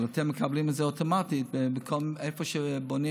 אבל אתם מקבלים את זה אוטומטית, איפה שבונים